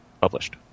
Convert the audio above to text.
published